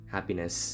Happiness